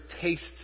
tastes